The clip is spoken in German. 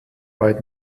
bei